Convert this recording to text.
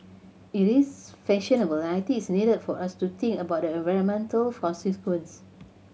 it is fashionable and I think it is needed for us to think about the environmental consequence